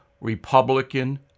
Republican